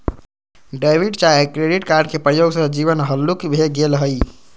debit चाहे credit card के प्रयोग से जीवन हल्लुक भें गेल हइ